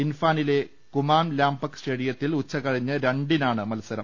ഇൻഫാനിലെ കുമാൻ ലംപാക്ക് സ്റ്റേഡിയത്തിൽ ഉച്ച കഴിഞ്ഞ് രണ്ടിനാണ് മത്സരം